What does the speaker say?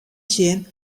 sjen